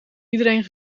iedereen